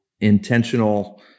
intentional